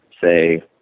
say